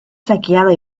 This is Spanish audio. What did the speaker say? saqueada